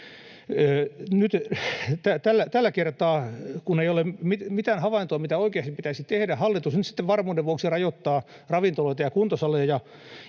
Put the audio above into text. Tällä kertaa, kun ei ole mitään havaintoa siitä, mitä oikeasti pitäisi tehdä, hallitus nyt sitten varmuuden vuoksi rajoittaa ravintoloita ja kuntosaleja